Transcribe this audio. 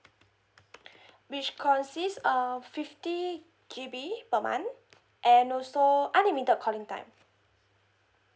which consists of fifty G_B per month and also unlimited calling time